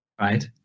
right